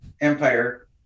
empire